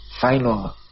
final